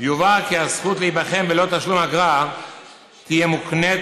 יובהר כי הזכות להיבחן בלא תשלום אגרה תהיה מוקנית